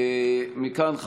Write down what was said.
מכאן,